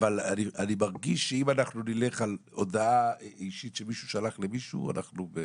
אבל אני מרגיש שאם אנחנו נלך על הודעה אישית שמישהו שלח למישהו אנחנו ב